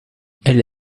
elle